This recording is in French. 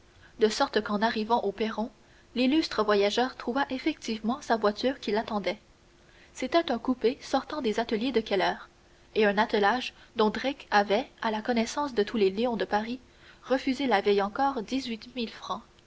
de sorte qu'en arrivant au perron l'illustre voyageur trouva effectivement sa voiture qui l'attendait c'était un coupé sortant des ateliers de keller et un attelage dont drake avait à la connaissance de tous les lions de paris refusé la veille encore